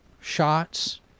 shots